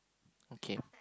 okay